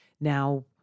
Now